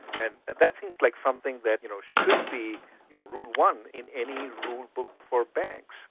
and that seems like something that you know should be you know rule one in any rule book for banks.